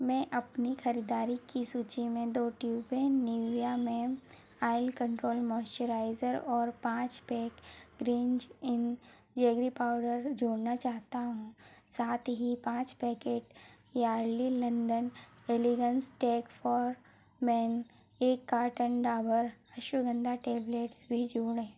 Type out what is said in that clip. मैं अपनी ख़रीदारी की सूची में दो ट्यूबें Nivea men oil control moisturiser और पाँच pack greens in jaggery powder जोड़ना चाहता हूँ साथ ही पाँच packet Yardley London elegance talc for men एक कार्टन डाबर अश्वगंधा टेबलेट्स भी जोड़ें